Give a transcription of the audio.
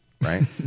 Right